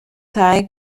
tae